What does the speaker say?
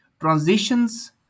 Transitions